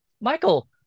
Michael